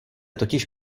totiž